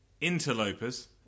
interlopers